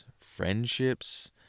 friendships